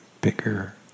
bigger